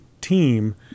team